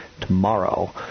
tomorrow